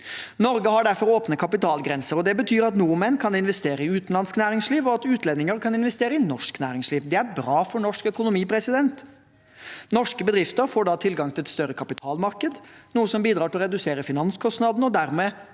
Norge har derfor åpne kapitalgrenser. Det betyr at nordmenn kan investere i utenlandsk næringsliv, og at utlendinger kan investere i norsk næringsliv. Det er bra for norsk økonomi. Norske bedrifter får da tilgang til et større kapitalmarked, noe som bidrar til å redusere finanskostnadene og dermed